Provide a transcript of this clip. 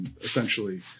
Essentially